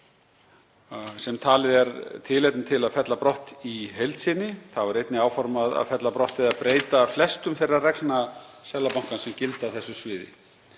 sem talið er tilefni til að fella brott í heild sinni. Þá er einnig áformað að fella brott eða breyta flestum þeirra reglna Seðlabankans sem gilda á þessu sviði.